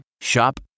Shop